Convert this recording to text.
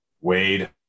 Wade